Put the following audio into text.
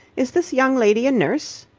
is this young lady a nurse?